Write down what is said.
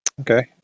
Okay